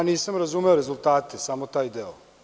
Ja nisam razumeo rezultate, samo taj deo.